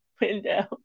window